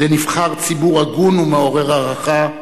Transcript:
לנבחר ציבור הגון ומעורר הערכה,